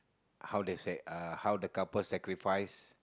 how they say uh how the couple sacrifice